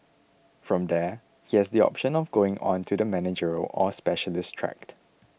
from there he has the option of going on to the managerial or specialist track